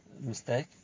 mistake